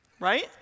right